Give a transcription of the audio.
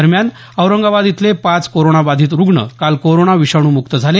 दरम्यान औरंगाबाद इथले पाच कोरोनाबाधित रुग्ण काल कोरोना विषाणू मुक्त झाले